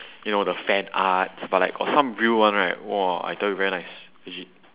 you know the fanarts but like got some real one right !whoa! I tell you very nice legit